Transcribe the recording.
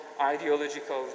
ideological